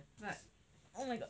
but oh my god